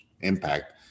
impact